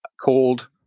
called